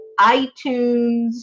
iTunes